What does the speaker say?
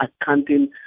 accounting